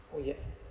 oh ya